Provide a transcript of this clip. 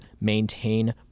maintain